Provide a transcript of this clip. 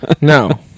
No